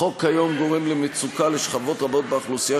החוק כיום גורם למצוקה לשכבות רחבות באוכלוסייה